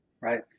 right